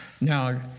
Now